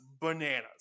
bananas